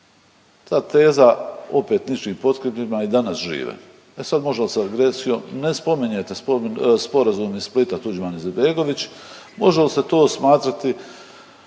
Ta teza opet ničim potkrijepljena i danas žive. E sad može li se agresijom, ne spominjete sporazum iz Splita Tuđman-Izetbegović, može li se to smatrati